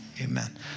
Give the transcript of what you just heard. amen